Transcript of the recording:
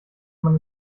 man